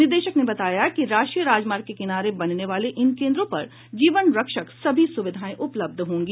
निदेशक ने बताया कि राष्ट्रीय राजमार्ग के किनारे बनने वाले इन केन्द्रों पर जीवन रक्षक सभी सुविधाएं उपलब्ध होंगी